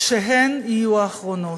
שהן יהיו האחרונות.